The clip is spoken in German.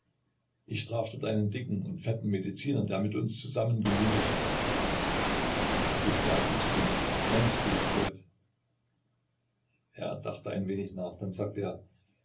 ich traf dort einen dicken und fetten mediziner der mit uns zusammengeludert hatte ich sagte zu ihm gronski ist tot er dachte ein wenig nach dann sagte er